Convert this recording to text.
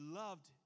loved